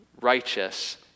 righteous